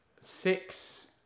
six